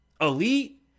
elite